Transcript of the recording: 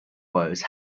woes